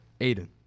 Aiden